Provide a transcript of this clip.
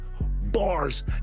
bars